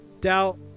Doubt